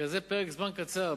בפרק זמן כזה קצר,